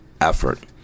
effort